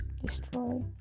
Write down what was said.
destroy